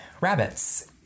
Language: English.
rabbits